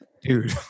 dude